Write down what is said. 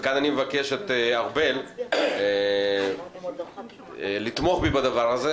וכאן אני מבקש מארבל לתמוך בי בדבר הזה,